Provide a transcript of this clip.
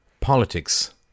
Politics